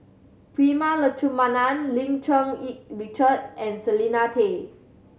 Prema Letchumanan Lim Cherng Yih Richard and Selena Tan